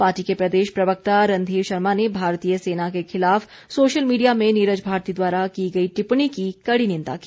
party के प्रदेश प्रवक्ता रणधीर शर्मा ने भारतीय सेना के खिलाफ सोशल मीडिया में नीरज भारती द्वारा की गई टिप्पणी की कड़ी निंदा की